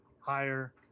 higher